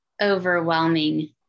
overwhelming